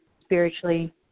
spiritually